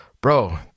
bro